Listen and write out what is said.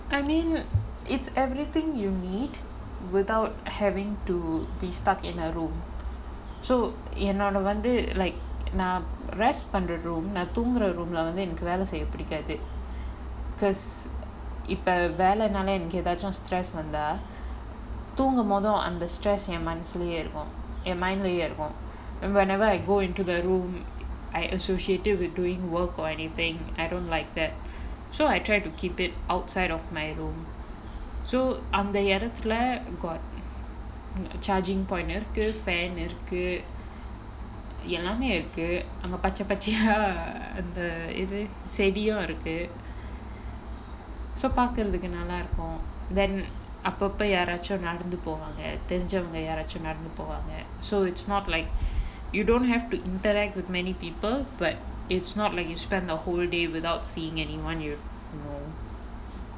I mean it's everything you need without having to be stuck in the room so என்னோட வந்து:ennoda vanthu like நா:naa rest பண்ற:pandra room leh நா தூங்குற:naa thoongura room leh வந்து எனக்கு வேல செய்ய பிடிக்காது:vanthu enakku vela seiya pidikkaathu because இப்ப வேலனால எனக்கு எதாச்சும்:ippa velanala enakku ethachum stress வந்தா தூங்கும்போது அந்த:vantha thoongumpothu antha stress என் மனசுலயே இருக்கும் என்:en manasulayae irukkum en mind leh இருக்கும்:irukkum whenever I go into the room I associated with doing work or anything I don't like that so I try to keep it outside of my room so அந்த இடத்துல:antha idathula got charging point இருக்கு:irukku fan இருக்கு எல்லாமே இருக்கு அங்க பச்ச பச்சையா அந்த இது செடியும் இருக்கு:irukku ellaamae irukku anga pacha pachaiyaa antha ithu chediyum irukku so பாக்குறதுக்கு நல்லா இருக்கும்:paakkurathukku nallaa irukkum then அப்பப்ப யாராச்சும் நடந்து போவாங்க தெரிஞ்சவங்க யாராச்சும் நடந்து போவாங்க:appappa yaaraachum nadanthu povaanga therinjavanga yaaraachum nadanthu povaanga so it's not like you don't have to interact with many people but it's not like you spend the whole day without seeing anyone either you know